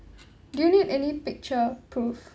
do you need any picture proof